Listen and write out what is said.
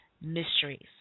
mysteries